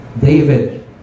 David